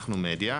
אנחנו מדיה,